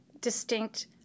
distinct